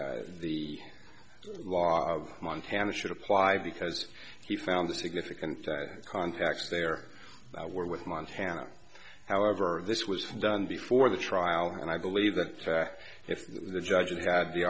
the law of montana should apply because he found the significant contacts there were with montana however this was done before the trial and i believe that if the judge had the